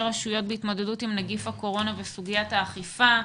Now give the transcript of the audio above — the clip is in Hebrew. רשויות בהתמודדות עם נגיף הקורונה וסוגיית האכיפה.